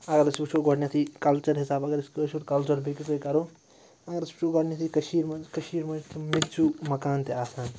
اگر أسۍ وُچھو گۄڈٕنیٚتھٕے کلچَر حِساب اگر أسۍ کٲشُر کَلچَر بیٚیِس سۭتۍ کَرو اگر أسۍ وُچھو گۄڈٕنیٚتھے کٔشیٖرِ منٛز کٔشیٖرِ منٛز چھِ تِم میٚژیٛو مَکان تہِ آسان